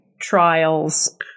trials